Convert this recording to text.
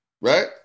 Right